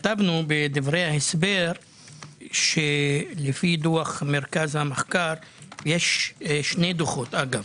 כתבנו בדברי ההסבר שלפי דוח מרכז המחקר - יש שני דוחות אגב